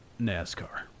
NASCAR